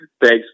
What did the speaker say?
Thanks